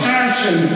Passion